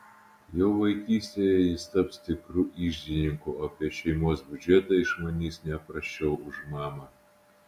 jau vaikystėje jis taps tikru iždininku o apie šeimos biudžetą išmanys ne prasčiau už mamą